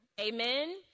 Amen